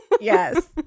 Yes